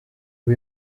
ubu